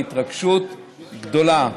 בהתרגשות גדולה,